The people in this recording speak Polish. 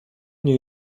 nie